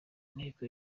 inteko